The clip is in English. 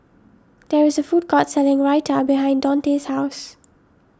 there is a food court selling Raita behind Donte's house